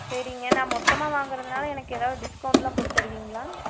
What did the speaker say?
சரிங்க நான் மொத்தமாக வாங்கிறதுனால எனக்கு எதாவது டிஸ்கவுண்ட்லாம் போட்டு தருவீங்களா